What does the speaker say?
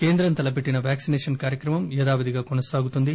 కేంద్రం తలపెట్టిన వ్యాక్సినేషన్ కార్యక్రమం యథావిధిగా కొనసాగుతుంది